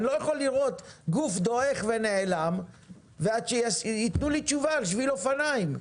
אני לא יכול לראות גוף דועך ונעלם ושייתנו לי תשובה על שביל אופניים.